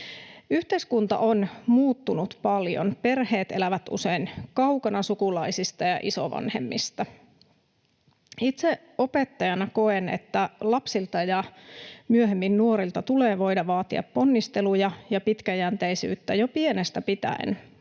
Yhteiskunta on muuttunut paljon. Perheet elävät usein kaukana sukulaisista ja isovanhemmista. Itse opettajana koen, että lapsilta ja myöhemmin nuorilta tulee voida vaatia ponnisteluja ja pitkäjänteisyyttä jo pienestä pitäen,